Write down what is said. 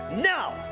now